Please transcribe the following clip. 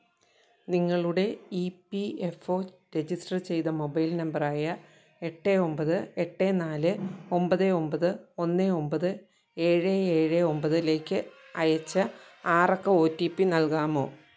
നിങ്ങളുടെ E P F O register ചെയ്ത mobile നമ്പറായ എട്ട് ഒൻപത് എട്ട് നാല് ഒൻപത് ഒൻപത് ഒന്ന് ഒൻപത് ഏഴ് ഏഴ് ഒൻപതിലേക്ക് അയച്ച ആറക്ക ഒ ടി പി നൽകാമോ